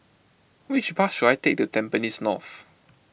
which bus should I take to Tampines North